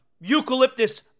eucalyptus